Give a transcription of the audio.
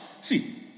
See